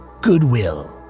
goodwill